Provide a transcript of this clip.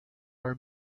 are